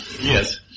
yes